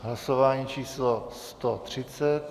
Hlasování číslo 130.